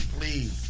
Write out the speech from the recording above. please